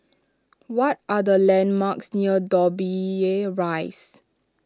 what are the landmarks near Dobbie Rise